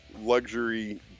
luxury